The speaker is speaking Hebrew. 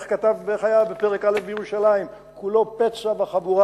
איך היה בפרק א' על ירושלים: כולו "פצע וחבורה